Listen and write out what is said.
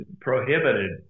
prohibited